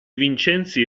vincenzi